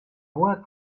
hoher